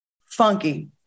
funky